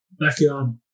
backyard